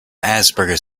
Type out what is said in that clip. asperger